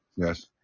Yes